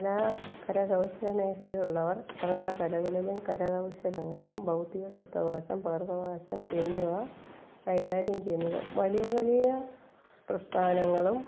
കര കരകൗശല മേഖലയിലുള്ളവർ അവരുടെ കലകളിലും കരകൗശലങ്ങളിലും ഭൗതിക സ്വത്തവകാശം പകർപ്പവകാശം എന്നിവ കൈകാര്യം ചെയ്യുന്നത് വലിയ വലിയ പ്രസ്ഥാനങ്ങളും